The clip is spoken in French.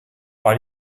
par